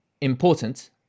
important